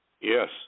Yes